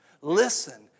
Listen